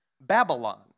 Babylon